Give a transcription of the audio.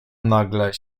nagle